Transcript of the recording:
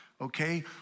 Okay